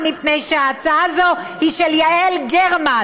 מפני שההצעה הזו היא של יעל גרמן,